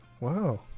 Wow